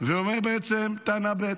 ואומר בעצם טענה ב'.